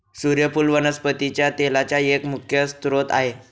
सुर्यफुल वनस्पती तेलाचा एक मुख्य स्त्रोत आहे